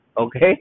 okay